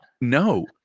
No